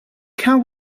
can